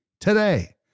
today